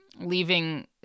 leaving